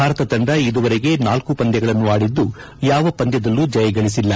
ಭಾರತ ತಂಡ ಇದುವರೆಗೆ ನಾಲ್ಕ ಪಂದ್ಯಗಳನ್ನು ಆಡಿದ್ದು ಯಾವ ಪಂದ್ಯದಲ್ಲೂ ಜಯಗಳಿಸಿಲ್ಲ